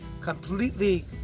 completely